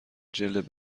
جلد